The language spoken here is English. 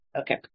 Okay